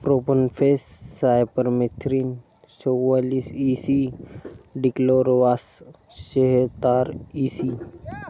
profenofos cypermethrin चौवालीस E C dichlorvos चेहतार EC